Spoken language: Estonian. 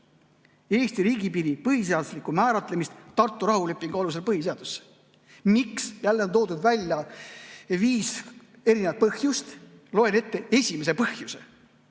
Eesti riigipiiri põhiseaduslikku määratlemist Tartu rahulepingu alusel põhiseaduses. Miks? Jälle on toodud välja viis erinevat põhjust. Loen ette esimese põhjuse: